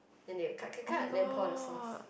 then they will cut cut cut then they will pour the sauce